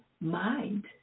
mind